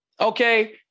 okay